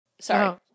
Sorry